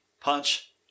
punch